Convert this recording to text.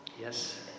Yes